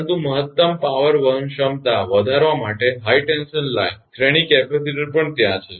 પરંતુ મહત્તમ પાવર વહન ક્ષમતા વધારવા માટે હાઇ ટેન્શન લાઇન શ્રેણી કેપેસિટર પણ ત્યાં છે